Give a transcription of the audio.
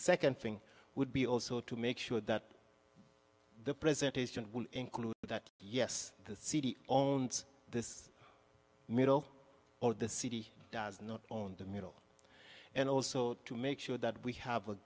second thing would be also to make sure that the presentation will include that yes the cd this middle or the city does not own the middle and also to make sure that we have a